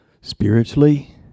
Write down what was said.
spiritually